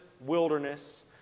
wilderness